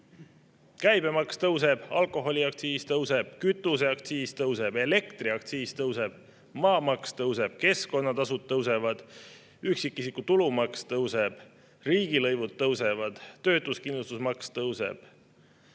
tõuseb, alkoholiaktsiis tõuseb, kütuseaktsiis tõuseb, elektriaktsiis tõuseb, maamaks tõuseb, keskkonnatasud tõusevad, üksikisiku tulumaks tõuseb, riigilõivud tõusevad, töötuskindlustusmakse tõuseb,